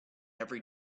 every